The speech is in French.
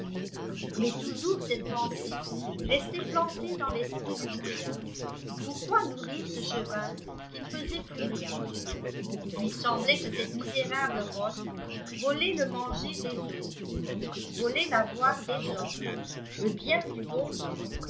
mais toujours cette pensée restait plantée dans l'esprit du goujat pourquoi nourrir ce cheval qui ne faisait plus rien ii lui semblait que cette misérable rosse volait le manger des autres volait l'avoir des hommes le bien du bon dieu